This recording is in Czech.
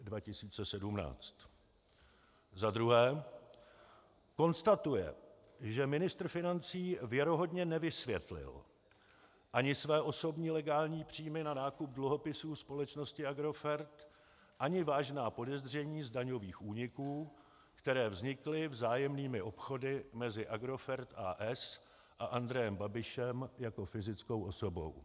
2. konstatuje, že ministr financí věrohodně nevysvětlil ani své osobní legální příjmy na nákup dluhopisů společnosti Agrofert, ani vážná podezření z daňových úniků, které vznikly vzájemnými obchody mezi Agrofert, a.s., a Andrejem Babišem jako fyzickou osobou;